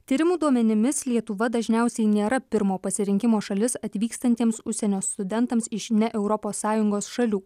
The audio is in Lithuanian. tyrimų duomenimis lietuva dažniausiai nėra pirmo pasirinkimo šalis atvykstantiems užsienio studentams iš ne europos sąjungos šalių